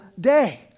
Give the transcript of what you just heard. day